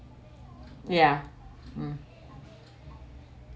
ya mm